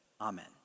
Amen